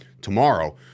tomorrow